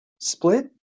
split